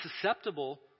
susceptible